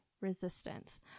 Resistance